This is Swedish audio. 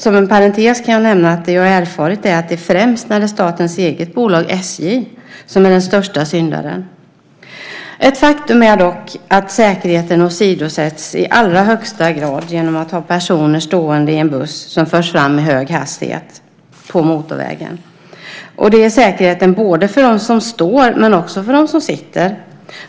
Som en parentes kan jag nämna att det som jag har erfarit är att det är främst statens eget bolag SJ som är den största syndaren. Ett faktum är dock att säkerheten åsidosätts i allra högsta grad genom att man har personer stående i en buss som förs fram i hög hastighet på motorvägen. Det gäller säkerheten både för dem som står och för dem som sitter.